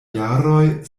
jaroj